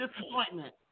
disappointment